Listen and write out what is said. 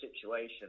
situation